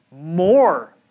more